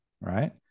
right